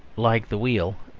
like the wheel,